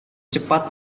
cepat